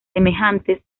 semejantes